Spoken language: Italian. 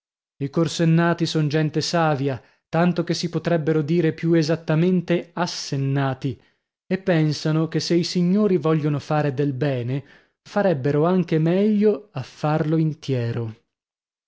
i corsennati son gente savia tanto che si potrebbero dire più esattamente assennati e pensano che se i signori vogliono fare del bene farebbero anche meglio a farlo intiero